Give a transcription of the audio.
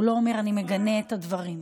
הוא לא אומר: אני מגנה את הדברים.